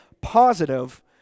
positive